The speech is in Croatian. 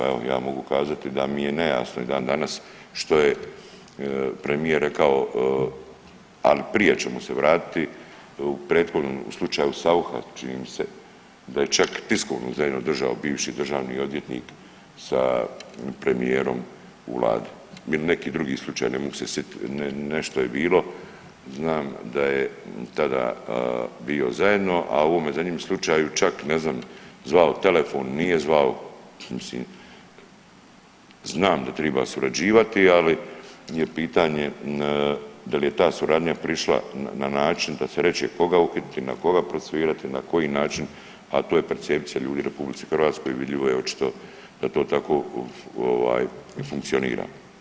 Evo ja mogu kazati da mi je nejasno i dan danas što je premijer rekao, ali prije ćemo se vratiti u prethodnom slučaju Saucha čini mi se da je čak tiskovnu zajedno držao bivši državni odvjetnik sa premijerom u vladi ili neki drugi slučaj, ne mogu se sitit, nešto je bilo, znam da je tada bio zajedno, a u ovome zadnjem slučaju čak ne znam zvao telefon, nije zvao, mislim znam da treba surađivati, ali je pitanje da li je ta suradnja prišla na način da se reče koga uhititi, na koga procesuirati, na koji način, a to je percepcija ljudi u RH, vidljivo je očito da to tako ovaj funkcionira.